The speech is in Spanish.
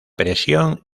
presión